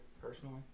personally